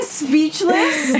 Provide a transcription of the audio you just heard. speechless